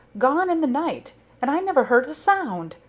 gone in the night, and i never heard a sound.